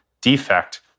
defect